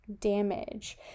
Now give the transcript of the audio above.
damage